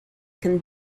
can